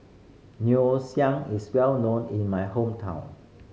ngoh is well known in my hometown